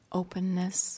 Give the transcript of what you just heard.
openness